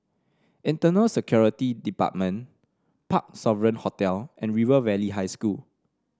Internal Security Department Parc Sovereign Hotel and River Valley High School